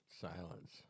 silence